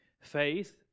Faith